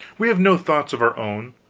we have no thoughts of our own,